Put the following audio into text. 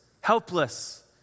helpless